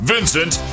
Vincent